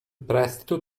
prestito